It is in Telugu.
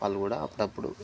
వాళ్ళు కూడా అప్పుడప్పుడు